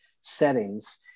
settings